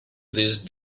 these